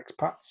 expats